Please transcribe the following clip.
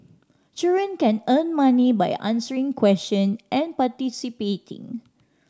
children can earn money by answering question and participating